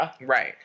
Right